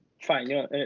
fine